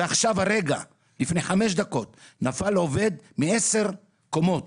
ועכשיו, לפני חמש דקות, נפל עובד מעשר קומות